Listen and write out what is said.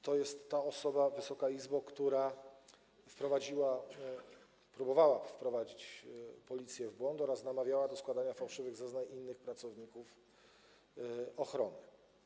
To jest ta osoba, Wysoka Izbo, która próbowała wprowadzić policję w błąd oraz namawiała do składania fałszywych zeznań innych pracowników ochrony.